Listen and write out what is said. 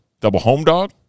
double-home-dog